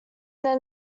then